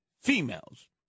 Females